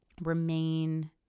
remain